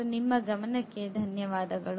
ಮತ್ತು ನಿಮ್ಮ ಗಮನಕ್ಕೆ ಧನ್ಯವಾದಗಳು